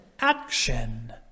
action